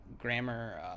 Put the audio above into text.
grammar